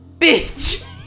Bitch